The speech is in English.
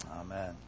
Amen